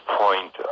point